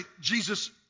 Jesus